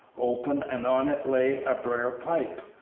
open, and on it lay a briar pipe,